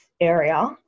area